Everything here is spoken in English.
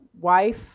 Wife